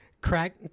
crack